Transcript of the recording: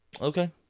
Okay